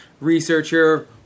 researcher